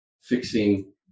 fixing